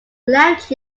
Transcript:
left